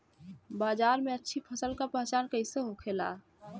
बाजार में अच्छी फसल का पहचान कैसे होखेला?